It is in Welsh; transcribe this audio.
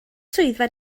swyddfa